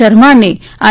શર્મા અને આર